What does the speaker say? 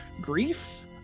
Grief